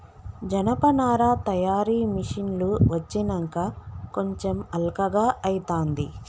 జనపనార తయారీ మిషిన్లు వచ్చినంక కొంచెం అల్కగా అయితాంది